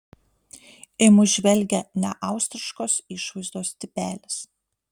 į mus žvelgė neaustriškos išvaizdos tipelis